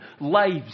lives